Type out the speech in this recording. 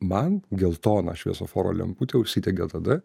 man geltona šviesoforo lemputė užsidegė tada